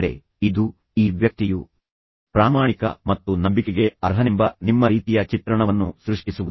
ಅದು ಯಾವುದೆಂದರೆ ಇದು ಈ ವ್ಯಕ್ತಿಯು ಪ್ರಾಮಾಣಿಕ ಮತ್ತು ನಂಬಿಕೆಗೆ ಅರ್ಹನೆಂಬ ನಿಮ್ಮ ರೀತಿಯ ಚಿತ್ರಣವನ್ನು ಸೃಷ್ಟಿಸುವುದು